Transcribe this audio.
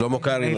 שלמה קרעי, נכון.